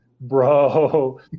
bro